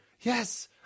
Yes